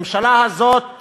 הממשלה הזאת